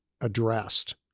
addressed